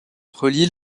relie